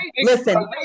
listen